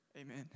Amen